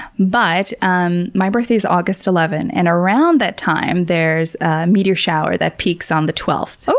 but um my birthday is august eleven, and around that time there's a meteor shower that peaks on the twelfth. so